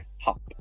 hop